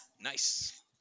Nice